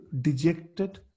dejected